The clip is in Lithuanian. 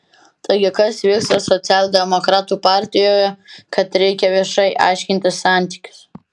taigi kas vyksta socialdemokratų partijoje kad reikia viešai aiškintis santykius